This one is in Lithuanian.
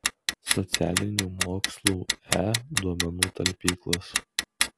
socialinių mokslų e duomenų talpyklos